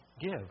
give